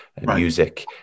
music